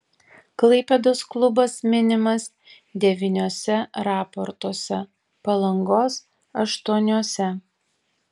klaipėdos klubas minimas devyniuose raportuose palangos aštuoniuose